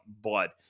blood